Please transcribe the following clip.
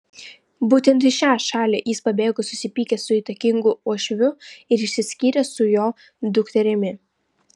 būtent į šią šalį jis pabėgo susipykęs su įtakingu uošviu ir išsiskyręs su jo dukterimi